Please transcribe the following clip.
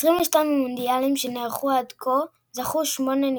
ב-22 המונדיאלים שנערכו עד כה זכו שמונה נבחרות.